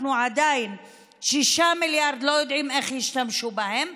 אנחנו עדיין לא יודעים איך ישתמשו ב-6 מיליארד.